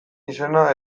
izena